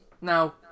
now